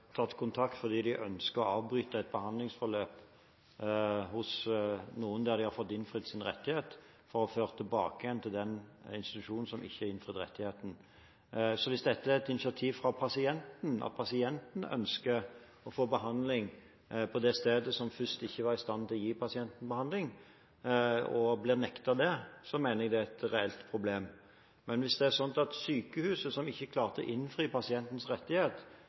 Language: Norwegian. tatt kontakt fordi de ønsker å avbryte et behandlingsforløp hos noen der de har fått innfridd sin rettighet, for å bli ført tilbake til den institusjonen som ikke innfridde rettigheten. Hvis dette er et initiativ fra pasienten, at pasienten ønsker å få behandling på det stedet som først ikke var i stand til å gi pasienten behandling, og en blir nektet det, mener jeg det er et reelt problem. Men hvis det er sånn at sykehuset som ikke klarte å innfri pasientens rettighet,